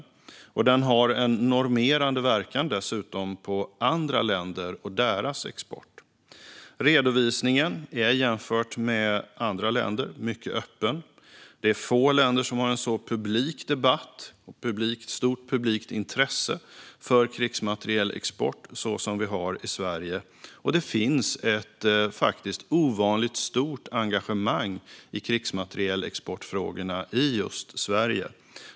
Den har dessutom en normerande verkan på andra länder och deras export. Redovisningen är jämfört med andra länder mycket öppen. Det är få länder som har en så publik debatt och ett så stort publikt intresse för krigsmaterielexport som vi har i Sverige. Det finns faktiskt ett ovanligt stort engagemang i krigsmaterielexportfrågorna i just Sverige.